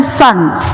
sons